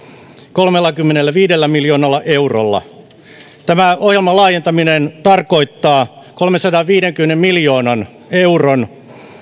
kolmellakymmenelläviidellä miljoonalla eurolla tämän ohjelman laajentaminen tarkoittaa kolmensadanviidenkymmenen miljoonan euron